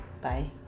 Bye